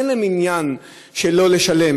אין עניין של לא לשלם,